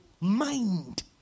Mind